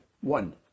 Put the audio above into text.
One